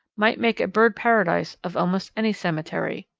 might make a bird paradise of almost any cemetery.